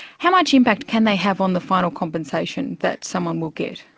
how much impact can they have on the final compensation that someone will get?